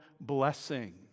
blessing